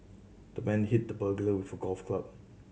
the man hit the burglar with a golf club